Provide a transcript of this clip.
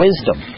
Wisdom